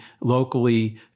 locally